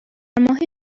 ماه